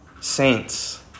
saints